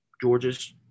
Georgia's